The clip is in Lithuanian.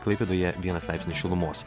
klaipėdoje vienas laipsnis šilumos